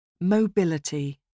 Mobility